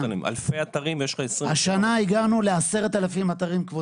הגענו השנה ל-10000 אתרים, כבודו.